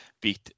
beat